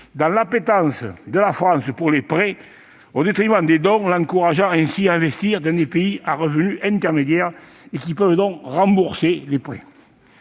dans l'appétence de la France pour les prêts, au détriment des dons, nous encourageant ainsi à investir dans des pays à revenus intermédiaires, qui, comme tels, peuvent rembourser les emprunts.